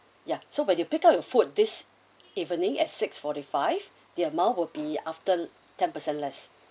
ya so when you pick up your food this evening at six forty five the amount will be after ten percent less